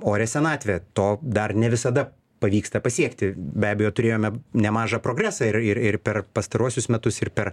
orią senatvę to dar ne visada pavyksta pasiekti be abejo turėjome nemažą progresą ir ir ir per pastaruosius metus ir per